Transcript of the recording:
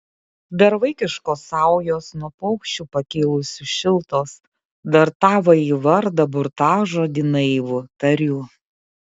dar vaikiškos saujos nuo paukščių pakilusių šiltos dar tavąjį vardą burtažodį naivų tariu